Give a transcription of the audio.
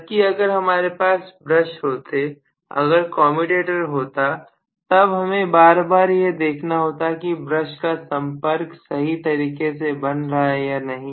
जबकि अगर हमारे पास ब्रश होते अगर कमयुटेटर होता तब हमें बार बार यह देखना होता कि ब्रश का संपर्क सही तरीके से बन रहा है या नहीं